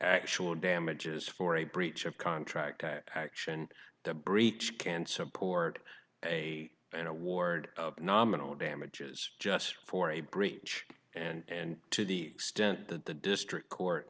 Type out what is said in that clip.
actual damages for a breach of contract action the breach can support a an award of nominal damages just for a breach and to the extent that the district court